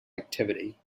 activity